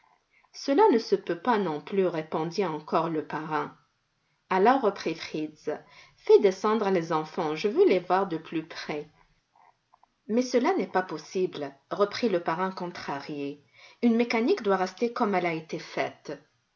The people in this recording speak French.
cela ne se peut pas non plus répondit encore le parrain alors reprit fritz fais descendre les enfants je veux les voir de plus près mais cela n'est pas possible reprit le parrain contrarié une mécanique doit rester comme elle a été faite